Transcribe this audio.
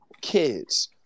kids